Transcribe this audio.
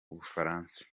bufaransa